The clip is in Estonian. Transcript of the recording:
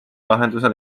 lahenduse